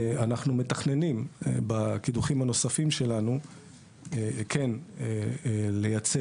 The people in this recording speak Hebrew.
אנחנו מתכננים בקידוחים הנוספים שלנו כן לייצא.